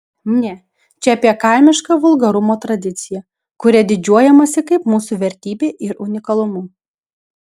ne čia apie kaimišką vulgarumo tradiciją kuria didžiuojamasi kaip mūsų vertybe ir unikalumu